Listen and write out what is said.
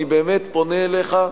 אני באמת פונה אליך,